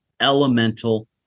elemental